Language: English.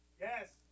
Yes